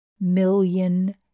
million